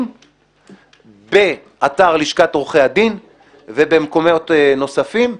באתר לשכת עורכי הדין ובמקומות נוספים,